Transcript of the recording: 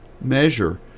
measure